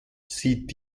sieht